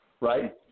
Right